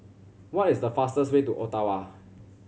what is the fastest way to Ottawa